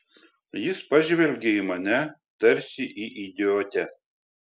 jis pažvelgė į mane tarsi į idiotę